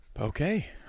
Okay